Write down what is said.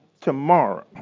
tomorrow